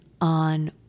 on